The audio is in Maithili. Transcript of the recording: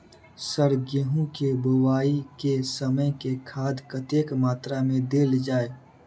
सर गेंहूँ केँ बोवाई केँ समय केँ खाद कतेक मात्रा मे देल जाएँ?